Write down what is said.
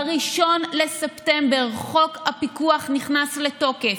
ב-1 בספטמבר חוק הפיקוח נכנס לתוקף.